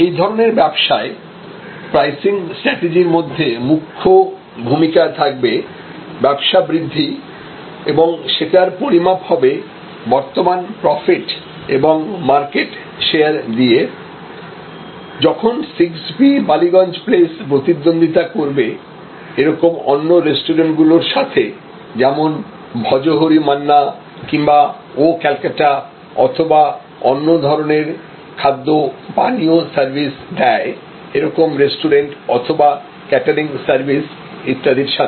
এই ধরনের ব্যবসায় প্রাইসিং স্ট্রাটেজির মধ্যে মুখ্য ভূমিকা থাকবে ব্যবসা বৃদ্ধি এবং সেটার পরিমাপ হবে বর্তমান প্রফিট এবং মার্কেট শেয়ার দিয়ে যখন 6 B বালিগঞ্জ প্লেস প্রতিদ্বন্দ্বিতা করবে এরকম অন্য রেস্টুরেন্টগুলোর সাথে যেমন ভজহরি মান্না কিংবা ও ক্যালকাটা অথবা অন্য ধরনের খাদ্য পানীয় সার্ভিস দেয় এরকম রেস্টুরেন্ট অথবা ক্যাটারিং সার্ভিস ইত্যাদির সাথে